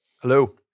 hello